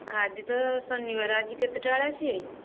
ଅଜି ତ ଶନିବାର ଆଜି କେତେଟା ବେଳେ ଆସିବେ